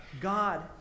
God